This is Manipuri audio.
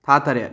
ꯊꯥ ꯇꯔꯦꯠ